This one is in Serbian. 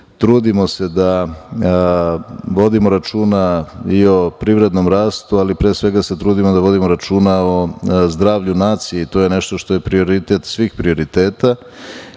Trudimo se da vodimo računa i o privrednom rastu, ali pre svega se trudimo da vodimo računa o zdravlju nacije. To je nešto što je prioritet svih prioriteta.U